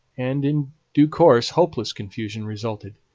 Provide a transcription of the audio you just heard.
and in due course hopeless confusion resulted.